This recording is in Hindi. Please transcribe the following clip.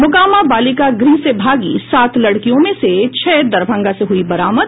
मोकामा बालिका गृह से भागी सात लड़कियों में से छह दरभंगा से हुयी बरामद